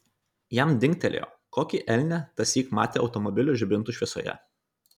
jam dingtelėjo kokį elnią tąsyk matė automobilio žibintų šviesoje